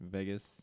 Vegas